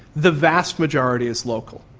the vast majority is local.